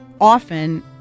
often